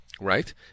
right